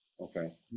okay